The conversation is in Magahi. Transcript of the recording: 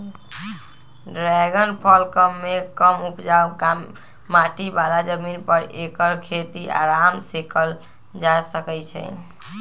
ड्रैगन फल कम मेघ कम उपजाऊ माटी बला जमीन पर ऐकर खेती अराम सेकएल जा सकै छइ